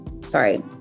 Sorry